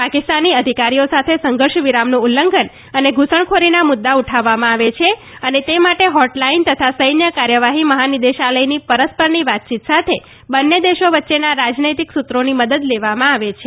ાકિસ્તાની અધિકારીઓ સાથે સંઘર્ષ વિરામનું લ્લંઘન અને ધૂસણખોરીના મુદ્દા ાઠાવવામાં આવે છે અને અને તે માટે હોટ લાઇન તથા સૈન્ય કાર્યવાહી મહાનિર્દેશાલયોની ૈ રસૈ રની વાતચીત સાથે બંને દેશો વચ્ચેનાં રાજનૈતિક સુત્રોની મદદ લેવામાં આવે છે